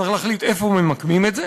צריך להחליט איפה ממקמים את זה.